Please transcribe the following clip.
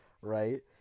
right